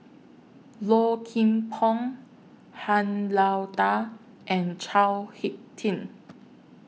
Low Kim Pong Han Lao DA and Chao Hick Tin